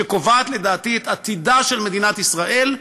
שקובעת לדעתי את עתידה של מדינת ישראל,